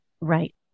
Right